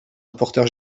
rapporteur